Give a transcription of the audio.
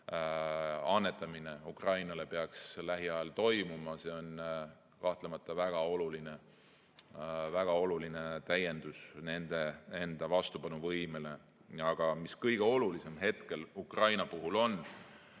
annetamine Ukrainale peaks lähiajal toimuma. See on kahtlemata väga oluline täiendus nende enda vastupanuvõimele. Aga kõige olulisem hetkel Ukraina puhul on